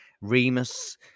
Remus